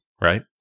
right